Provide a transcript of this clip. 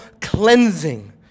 cleansing